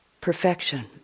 perfection